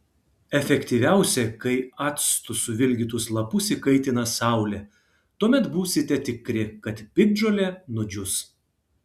efektyviausia kai actu suvilgytus lapus įkaitina saulė tuomet būsite tikri kad piktžolė nudžius